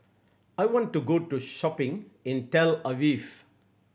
I want to go to shopping in Tel Aviv